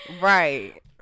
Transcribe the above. right